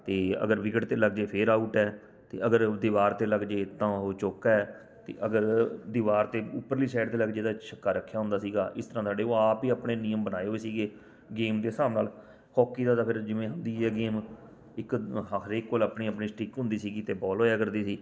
ਅਤੇ ਅਗਰ ਵਿਕਟ 'ਤੇ ਲੱਗ ਜਾਵੇ ਫਿਰ ਆਊਟ ਹੈ ਅਤੇ ਅਗਰ ਦੀਵਾਰ 'ਤੇ ਲੱਗ ਜਾਵੇ ਤਾਂ ਉਹ ਚੌਕਾ ਹੈ ਅ ਅਗਰ ਦੀਵਾਰ 'ਤੇ ਉੱਪਰਲੀ ਸਾਇਡ 'ਤੇ ਲੱਗ ਜਾਵੇ ਤਾਂ ਛੱਕਾ ਰੱਖਿਆ ਹੁੰਦਾ ਸੀਗਾ ਇਸ ਤਰ੍ਹਾਂ ਸਾਡੇ ਉਹ ਆਪ ਹੀ ਆਪਣੇ ਨਿਯਮ ਬਣਾਏ ਹੋਏ ਸੀਗੇ ਗੇਮ ਦੇ ਹਿਸਾਬ ਨਾਲ ਹੋਕੀ ਦਾ ਤਾਂ ਫਿਰ ਜਿਵੇਂ ਹੁੰਦੀ ਹੈ ਗੇਮ ਇੱਕ ਅ ਹ ਹਰੇਕ ਕੋਲ ਆਪਣੀ ਆਪਣੀ ਸਟਿੱਕ ਹੁੰਦੀ ਸੀਗੀ ਅਤੇ ਬੋਲ ਹੋਇਆ ਕਰਦੀ ਸੀ